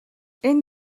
энэ